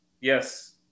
yes